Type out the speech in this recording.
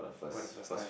for the first time